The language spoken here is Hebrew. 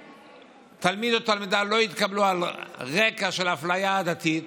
שתלמיד או תלמידה לא התקבלו על רקע של אפליה עדתית,